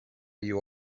you